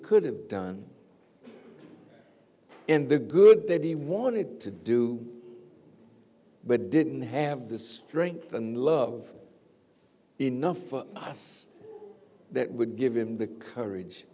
could have done in the good that he wanted to do but didn't have the strength and love enough for us that would give him the courage